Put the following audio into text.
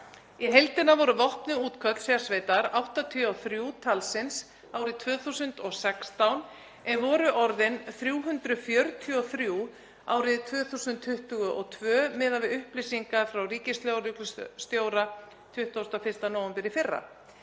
Í heildina voru vopnuð útköll sérsveitar 83 talsins árið 2016 en voru orðin 343 árið 2022 miðað við upplýsingar frá ríkislögreglustjóra 21. nóvember í fyrra.